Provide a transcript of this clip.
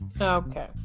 Okay